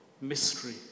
mystery